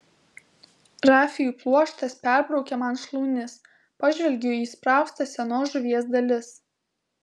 rafijų pluoštas perbraukia man šlaunis pažvelgiu į įspraustas senos žuvies dalis